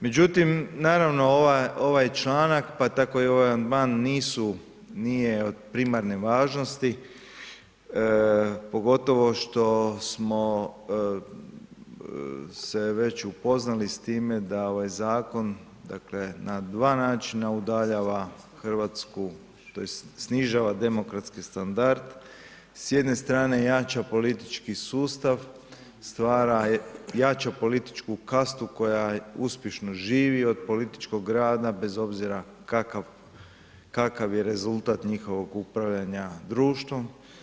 Međutim, naravno ovaj članak pa tako i ovaj amandman nisu, nije od primarne važnosti pogotovo što smo se već upoznali s time da ovaj zakon dakle na dva načina udaljava Hrvatsku tj. snižava demokratski standard, s jedne strane jača politički sustav, stvara jaču političku kastu koja uspješno živi od političkog grada, bez obzira kakav je rezultat njihovog upravljanja društvom.